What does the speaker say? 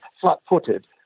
flat-footed